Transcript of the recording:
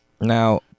now